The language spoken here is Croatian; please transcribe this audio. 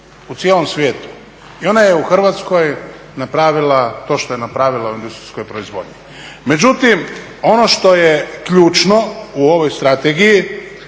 u cijelom svijetu i ona je u Hrvatskoj napravila to što je napravila u industrijskoj proizvodnji. Međutim, ono što je ključno u ovoj strategiji